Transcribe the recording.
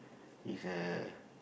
is uh